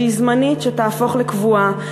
שהיא זמנית שתהפוך לקבועה,